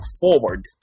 forward